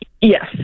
Yes